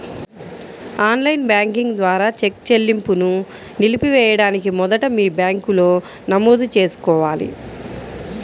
on line banking ద్వారా cheque చెల్లింపును నిలిపివేయడానికి మొదట మీ బ్యాంకులో నమోదు చేసుకోవాలి